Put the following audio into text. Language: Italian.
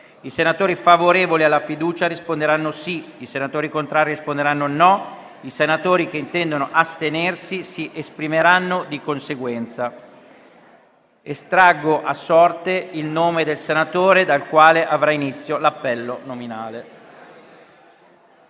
I senatori favorevoli alla fiducia risponderanno sì; i senatori contrari risponderanno no; i senatori che intendono astenersi si esprimeranno di conseguenza. Estraggo ora a sorte il nome del senatore dal quale avrà inizio l'appello nominale.